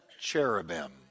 cherubim